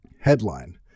Headline